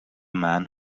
man